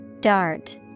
Dart